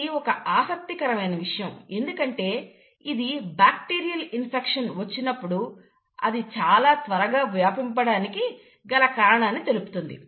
ఇది ఒక ఆసక్తి కరమైన విషయం ఎందుకంటే ఇది బ్యాక్టీరియల్ ఇన్ఫెక్షన్ వచ్చినప్పుడు అది చాలా త్వరగా వ్యాపించడానికి గల కారణాన్ని తెలుపుతుంది